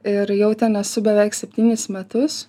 ir jau ten esu beveik septynis metus